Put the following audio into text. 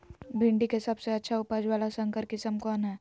भिंडी के सबसे अच्छा उपज वाला संकर किस्म कौन है?